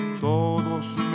todos